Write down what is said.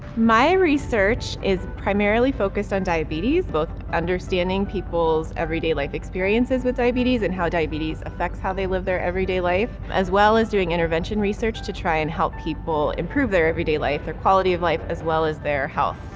my research is primarily focused on diabetes, both understanding people's everyday life experiences with diabetes and how diabetes affects how they live their everyday life, as well as doing intervention research to try and help people improve their everyday life, their quality of life as well as their health.